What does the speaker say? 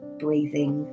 breathing